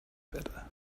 better